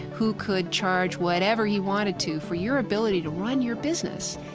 who could charge whatever he wanted to for your ability to run your business?